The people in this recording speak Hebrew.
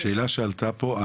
שאלה שעלתה פה,